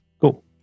Cool